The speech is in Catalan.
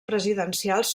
presidencials